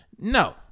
no